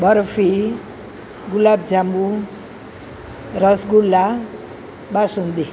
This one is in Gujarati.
બરફી ગુલાબ જાંબુ રસ ગુલ્લા બાસુંદી